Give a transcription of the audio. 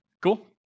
Cool